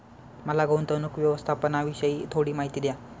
मला गुंतवणूक व्यवस्थापनाविषयी थोडी माहिती द्या